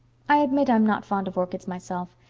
i admit i'm not fond of orchids myself.